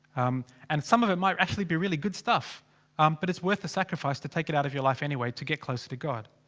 um and some of it might actually be really good stuff um but it's worth a sacrifice to. take it out of your life anyway to get closer to god.